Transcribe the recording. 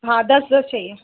हाँ दस दस चाहिए